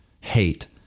Hate